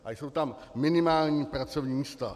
A jsou tam minimální pracovní místa.